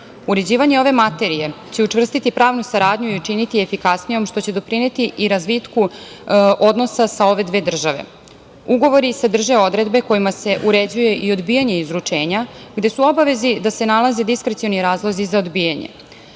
Uređivanje ove materije će učvrstiti pravnu saradnju i učiniti je efikasnijom, što će doprineti i razvitku odnosa sa ove dve države. Ugovori sadrže odredbe kojima se uređuje i odbijanje izručenja, gde su u obavezi da se nalaze diskrecioni razlozi za odbijanje. Takođe,